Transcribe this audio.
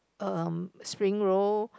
um spring roll